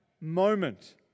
moment